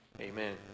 amen